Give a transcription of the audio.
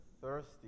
thirsty